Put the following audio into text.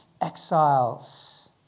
exiles